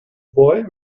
boy